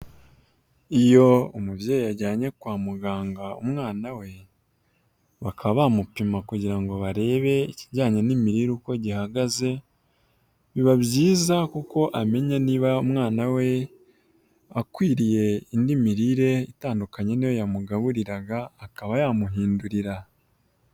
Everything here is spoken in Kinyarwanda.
Iyo umubyeyi ajyanye kwa muganga umwana we, bakaba bamupima kugira ngo barebe ikijyanye n'imirire uko gihagaze, biba byiza kuko amenya niba umwana we, akwiriye indi mirire itandukanye n'iyo yamugaburiraga akaba yamuhindurira.